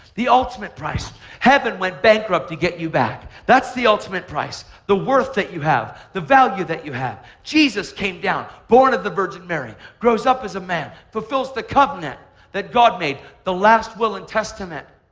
the ultimate price. heaven went bankrupt to get you back. that's the ultimate price. the worth that you have, the value that you have. jesus came down, born of the virgin mary, grows up as a man, fulfills the covenant that god made, the last will and testament,